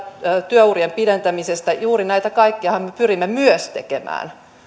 työurien pidentämisestä juuri näitä kaikkiahan me pyrimme tekemään